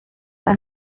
ein